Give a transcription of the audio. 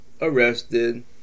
arrested